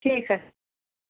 ठीक हय